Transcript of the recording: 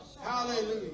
Hallelujah